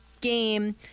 game